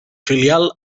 filial